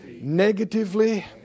negatively